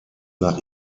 nach